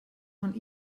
von